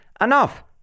enough